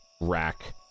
rack